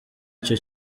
icyo